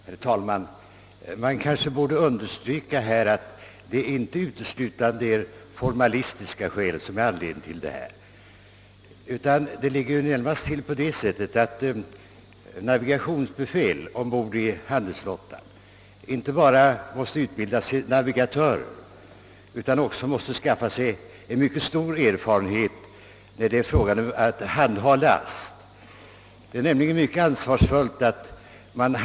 Herr talman! Det kanske borde understrykas att det inte är uteslutande formalistiska skäl som ligger bakom den restriktivitet som man iakttar när det är fråga om att utan vidare flytta personal med speciell navigationsutbildning från marinen till handelsflottan.